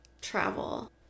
travel